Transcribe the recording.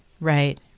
Right